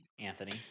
Anthony